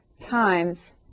times